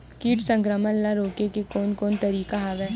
कीट संक्रमण ल रोके के कोन कोन तरीका हवय?